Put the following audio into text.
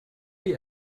wie